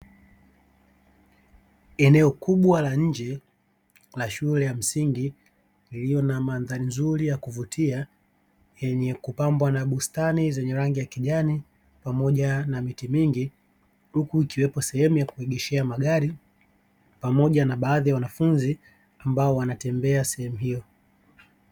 Eneo kubwa la nje la shule ya msingi; iliyo na mandhari nzuri na ya kuvutia yenye kupambwa na bustani pamoja na miti mingi, huku ikiwepo sehemu ya kuegeshea magari pamoja na baadhi ya wanafunzi wanaotembea katika sehemu hiyo.